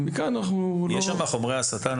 ולכן אנחנו לא --- יש בהם חומרי הסתה?